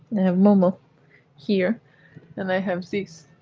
have momo here and i have zeus